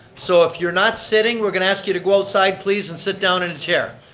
so if you're not sitting, we're going to ask you to go outside please and sit down in a chair.